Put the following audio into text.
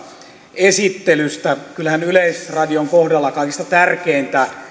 esittelystä kyllähän yleisradion kohdalla kaikista tärkeintä